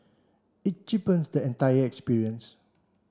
it cheapens the entire experience